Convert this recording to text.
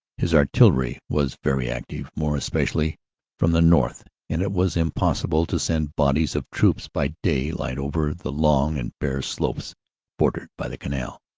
his artillery was very active, more especially from the north, and it was impossible to send bodies of troops by day light over the long and bare slopes bordered by the canal.